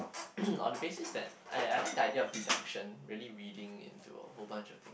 on the basis that I I like the idea of deduction really reading into a whole bunch of things